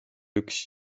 üks